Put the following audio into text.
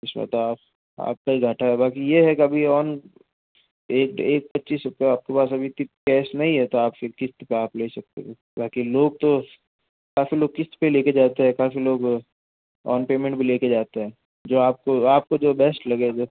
इसमें तो आप आपका का ही घाटा बाकि ये है कि अभी ऑन एक एक पच्चीस रुपया आपके पास अभी इतनी कैश नहीं हो तो आप फिर किस्त पे आप ले सकते हो बाकी लोग तो काफ़ी लोग किस्त पे लेके जाते हैं काफ़ी लोग ऑन पेमेंट भी लेके जाते हैं जो आपको आपको जो बेस्ट लगे जो